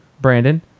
Brandon